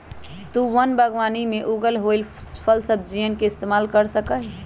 तु वन बागवानी में उगल होईल फलसब्जियन के इस्तेमाल कर सका हीं